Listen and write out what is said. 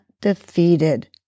defeated